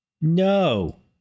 No